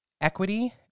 equity